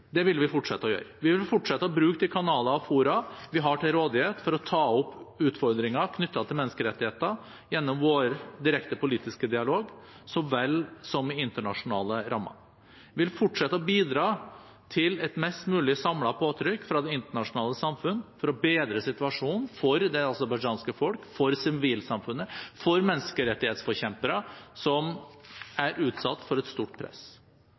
kanaler og fora vi har til rådighet, for å ta opp utfordringer knyttet til menneskerettigheter – gjennom vår direkte politiske dialog så vel som i internasjonale rammer. Vi vil fortsette å bidra til et mest mulig samlet påtrykk fra det internasjonale samfunn for å bedre situasjonen for det aserbajdsjanske folk, for sivilsamfunnet, for menneskerettighetsforkjempere, som er utsatt for et stort press.